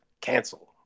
cancel